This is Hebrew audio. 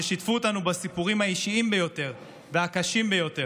ששיתפו אותנו בסיפורים האישיים ביותר והקשים ביותר.